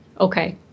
Okay